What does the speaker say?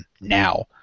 now